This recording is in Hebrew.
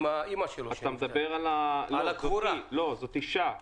עם אמא שלו --- לא, זאת אישה שנפטרה.